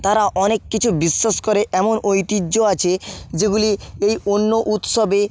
তারা অনেক কিছু বিশ্বাস করে এমন ঐতিহ্য আছে যেগুলি এই অন্য উৎসবে